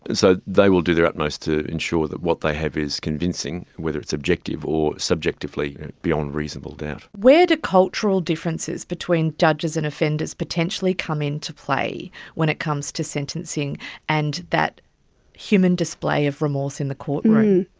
and so they will do their utmost to ensure that what they have is convincing, whether it's objective or subjectively beyond reasonable doubt. where do cultural differences between judges and offenders potentially come into play when it cuts to sentencing and that human display of remorse in the courtroom?